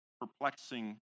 perplexing